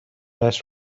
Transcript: less